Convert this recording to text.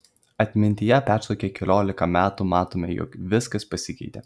atmintyje persukę keliolika metų matome jog viskas pasikeitė